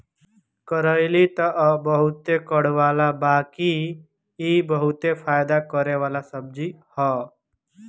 करइली तअ बहुते कड़ूआला बाकि इ बहुते फायदा करेवाला सब्जी हअ